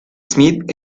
smith